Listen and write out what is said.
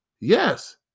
yes